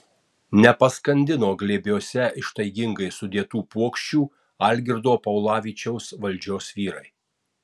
nepaskandino glėbiuose ištaigingai sudėtų puokščių algirdo paulavičiaus valdžios vyrai